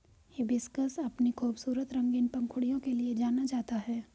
hibiscus अपनी खूबसूरत रंगीन पंखुड़ियों के लिए जाना जाता है